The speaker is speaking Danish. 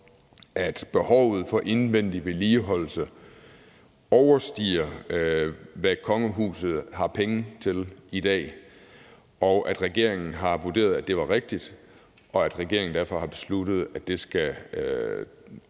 at behovet for indvendig vedligeholdelse overstiger, hvad kongehuset har penge til i dag, og vi må formode, at regeringen har vurderet, at det var rigtigt, og at regeringen derfor har besluttet, at det skal